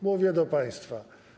Mówię do państwa.